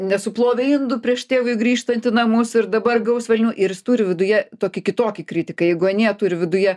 nesuplovė indų prieš tėvui grįžtant į namus ir dabar gaus velnių ir jis turi viduje tokį kitokį kritiką jeigu anie turi viduje